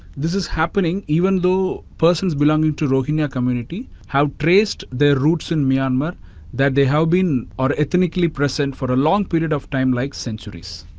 this is happening even though persons belonging to rohingya community have traced their roots in myanmar that they have been or ethnically present for a long period of time like centuries.